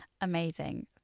Amazing